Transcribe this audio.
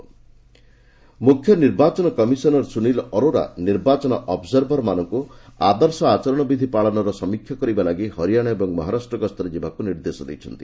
ECI ମୁଖ୍ୟ ନିର୍ବାଚନ commissioner Sunil Arora ନିର୍ବାଚନ ଅବଜରଭରଙ୍କୁ ଆଦର୍ଶ ଆଚରଣ ବିଧି ପାଳନର ସମୀକ୍ଷା କରିବା ଲାଗି ହରିୟାଣା ଏବଂ ମହାରାଷ୍ଟ୍ର ଗସ୍ତରେ ଯିବାକୁ ନିର୍ଦ୍ଦେଶ ଦେଇଛନ୍ତି